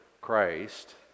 Christ